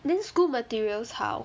then school materials how